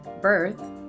birth